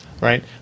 Right